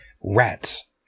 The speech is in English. rats